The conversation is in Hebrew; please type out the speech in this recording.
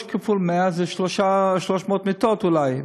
3 כפול 100 זה 300 מיטות אולי,